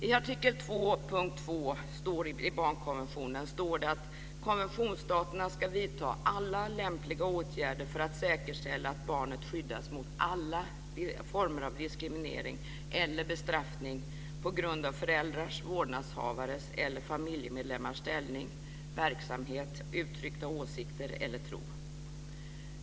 I artikel 2, punkt 2, i barnkonventionen står det att konventionsstaterna ska vidta alla lämpliga åtgärder för att säkerställa att barnet skyddas mot alla former av diskriminering eller bestraffning på grund av föräldrars, vårdnadshavares eller familjemedlemmars ställning, verksamhet, uttryckta åsikter eller tro.